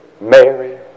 Mary